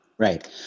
Right